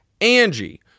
Angie